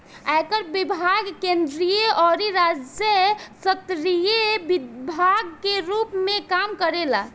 आयकर विभाग केंद्रीय अउरी राज्य स्तरीय विभाग के रूप में काम करेला